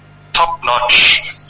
top-notch